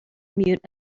mute